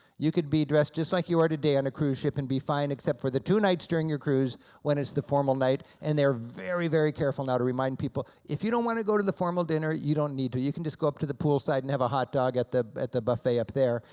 you could be dressed just like you are today on a cruise ship and be fine, except for the two nights during your cruise when it's the formal night, and they're very very careful now to remind people, if you don't want to go to the formal dinner you don't need to, you can just go up to the pool side and have a hot dog at the at the buffet up there,